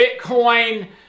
Bitcoin